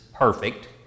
perfect